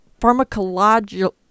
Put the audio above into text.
pharmacological